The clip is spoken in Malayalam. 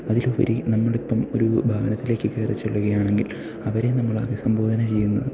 അതിലുപരി നമ്മളിപ്പം ഒരു ഭവനത്തിലേക്ക് കയറിച്ചെല്ലുകയാണെങ്കിൽ അവരെ നമ്മൾ അവിസംബോധന ചെയ്യുന്നത്